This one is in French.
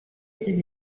ses